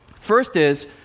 first is,